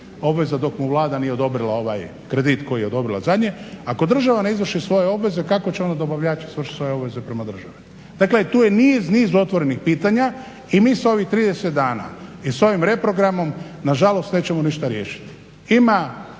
obveza dok mu Vlada nije odobrila ovaj kredit koji je odobrila zadnje, ako država ne izvrši svoje obveze kako će onda dobavljači izvršit svoje obveze prema državi. Dakle tu je niz otvorenih pitanja i mi s ovih 30 dana i s ovim reprogramom nažalost nećemo ništa riješiti. Ima